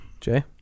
jay